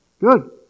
good